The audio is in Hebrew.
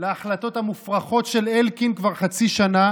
להחלטות המופרכות של אלקין כבר חצי שנה